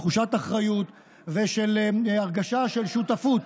תחושת אחריות ושל הרגשה של שותפות.